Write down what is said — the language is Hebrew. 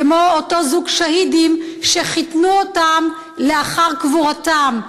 כמו אותו זוג שהידים שחיתנו אותם לאחר קבורתם.